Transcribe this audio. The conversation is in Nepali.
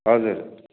हजुर